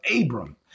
Abram